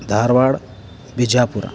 Dharwad Bijapur